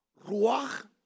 ruach